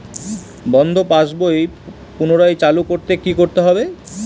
বন্ধ পাশ বই পুনরায় চালু করতে কি করতে হবে?